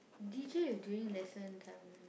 D_J is during lesson time